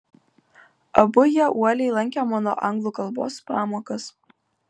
abu jie uoliai lankė mano anglų kalbos pamokas